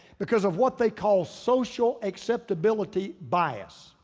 because of what they call social acceptability bias.